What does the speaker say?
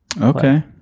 okay